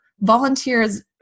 volunteers